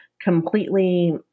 completely